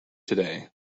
today